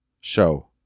show